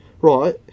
Right